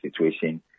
situation